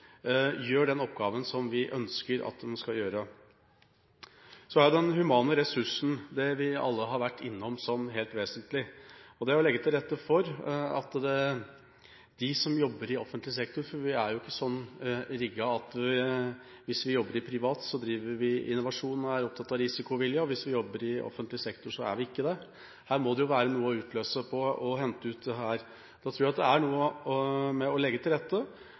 gjør den oppgaven som vi ønsker at de skal gjøre. Så er den humane ressursen det vi alle har vært innom som helt vesentlig – det å legge til rette for dem som jobber i offentlig sektor. For vi er jo ikke sånn rigget at hvis vi jobber i privat sektor, driver vi innovasjon og er opptatt av risikovilje, og hvis vi jobber i offentlig sektor, er vi ikke det. Her må det være noe å utløse på å hente ut dette. Jeg tror det er noe med å legge til rette